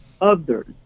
others